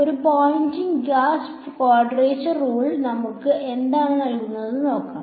ഒരു 2 point Gauss quadrature rule നമുക്ക് എന്താണ് നൽകുന്നതെന്ന് നോക്കാം